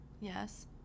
Yes